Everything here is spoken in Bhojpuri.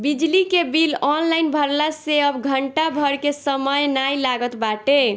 बिजली के बिल ऑनलाइन भरला से अब घंटा भर के समय नाइ लागत बाटे